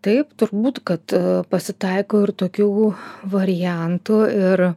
taip turbūt kad pasitaiko ir tokių variantų ir